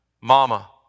Mama